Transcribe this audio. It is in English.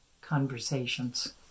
conversations